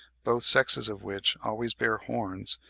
both sexes of which always bear horns,